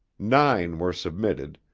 nine were submitted,